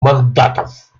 мандатов